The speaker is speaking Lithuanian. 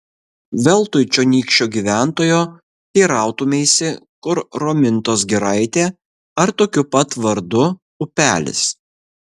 veltui čionykščio gyventojo teirautumeisi kur romintos giraitė ar tokiu pat vardu upelis